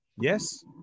Yes